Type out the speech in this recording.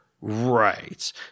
Right